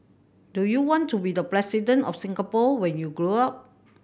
do you want to be the President of Singapore when you grow up